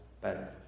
better